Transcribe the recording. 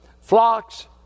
flocks